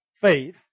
faith